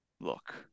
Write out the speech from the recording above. look